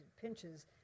pinches